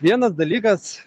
vienas dalykas